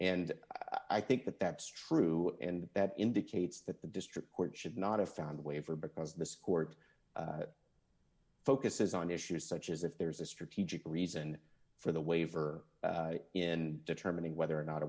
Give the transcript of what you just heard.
and i think that that's true and that indicates that the district court should not have found a waiver because this court focuses on issues such as if there's a strategic reason for the waiver in determining whether or not